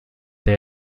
they